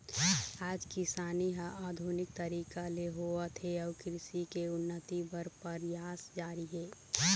आज किसानी ह आधुनिक तरीका ले होवत हे अउ कृषि के उन्नति बर परयास जारी हे